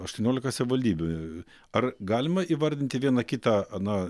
aštuoniolika savivaldybių ar galima įvardinti vieną kitą na